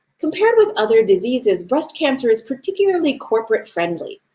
compared with other diseases, breast cancer is particularly corporate friendly,